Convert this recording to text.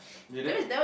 you didn't